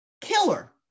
killer